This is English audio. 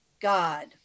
God